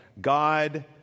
God